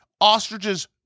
Ostriches